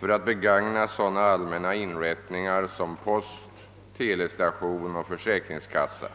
för att begagna sådana allmänna inrättningar som post, telestation och försäkringskassa.